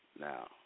Now